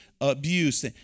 abuse